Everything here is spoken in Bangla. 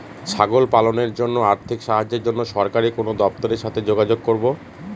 ছাগল পালনের জন্য আর্থিক সাহায্যের জন্য সরকারি কোন দপ্তরের সাথে যোগাযোগ করব?